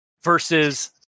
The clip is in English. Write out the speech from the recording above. versus